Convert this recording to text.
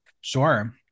Sure